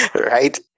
Right